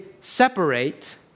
separate